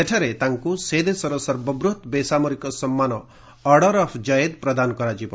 ସେଠାରେ ତାଙ୍କୁ ସେ ଦେଶର ସର୍ବବୃହତ୍ ବେସାମରିକ ସମ୍ମାନ ଅର୍ଡର ଅଫ ଜଏଦ୍ ପ୍ରଦାନ କରାଯିବ